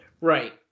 Right